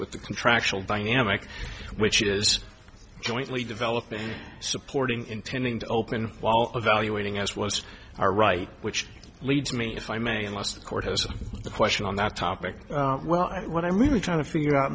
with the contractual dynamic which is jointly developing supporting intending to open while evaluating as was our right which leads me if i may unless the court has a question on that topic well what i'm really trying to figure out